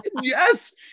Yes